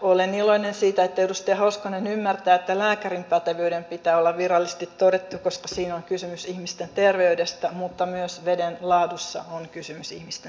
olen iloinen siitä että edustaja hoskonen ymmärtää että lääkärin pätevyyden pitää olla virallisesti todettu koska siinä on kysymys ihmisten terveydestä mutta myös vedenlaadussa on kysymys ihmisten terveydestä